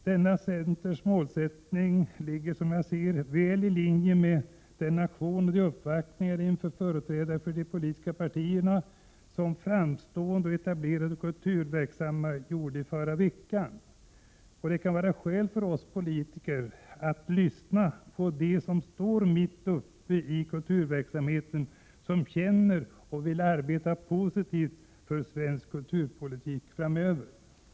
Denna centerns målsättning ligger som jag ser det väl ilinje med den aktion och de uppvaktningar inför företrädare för de politiska partierna som framstående och etablerade kulturverksamma gjorde i förra veckan. Det kan vara skäl för oss politiker att lyssna på dem som står mitt uppe i kulturverksamheten, som känner och vill arbeta positivt för svensk Prot. 1987/88:105 kulturpolitik framöver.